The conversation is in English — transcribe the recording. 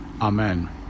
Amen